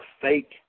fake